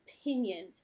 opinion